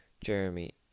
Jeremy